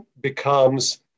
becomes